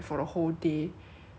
everything else was okay but like